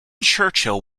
churchill